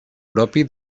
propi